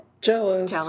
Jealous